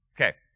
Okay